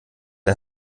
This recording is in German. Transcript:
ein